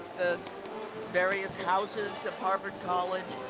the various houses of harvard college.